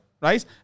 right